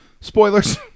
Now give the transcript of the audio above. spoilers